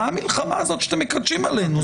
מה המלחמה הזאת שאתם מקדשים עלינו?